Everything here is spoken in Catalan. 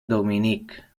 dominic